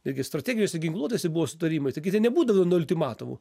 netgi strateginėse ginkluotėsi buvo sutarimai taigi ten nebūdavo nu ultimatumų